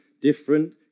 different